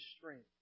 strength